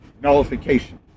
nullification